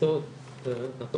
בתפוסות מאוד